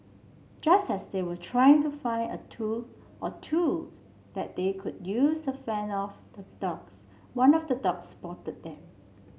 just as they were trying to find a tool or two that they could use to fend off the dogs one of the dogs spotted them